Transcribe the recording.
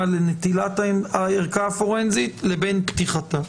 לנטילת הערכה הפורנזית לבין פתיחתה.